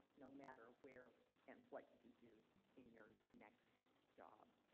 no matter where and what you do in your next job.